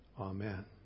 Amen